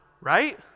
right